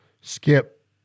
Skip